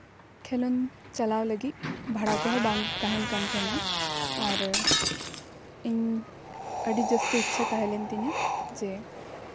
ᱠᱷᱮᱞᱳᱰ ᱪᱟᱞᱟᱣ ᱞᱟᱹᱜᱤᱫ ᱵᱷᱟᱲᱟ ᱠᱚᱦᱚᱸ ᱵᱟᱝ ᱛᱟᱦᱮᱱ ᱠᱟᱱ ᱛᱟᱦᱮᱱᱟ ᱟᱨ ᱤᱧ ᱟᱹᱰᱤ ᱡᱟᱹᱥᱛᱤ ᱤᱪᱪᱷᱟ ᱛᱟᱦᱮᱸ ᱠᱟᱱ ᱛᱤᱧᱟᱹ ᱡᱮ